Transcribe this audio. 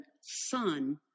son